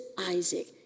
Isaac